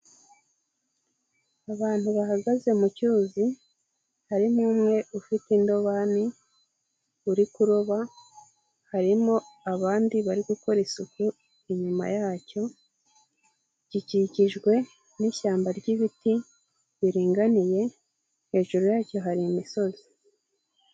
Abantu bahagaze mu cyuzi, harimo umwe ufite indobani uri kuroba, harimo abandi bari gukora isuku inyuma yacyo, gikikijwe n'ishyamba ry'ibiti biringaniye, hejuru yacyo hari imisozi.